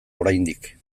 oraindik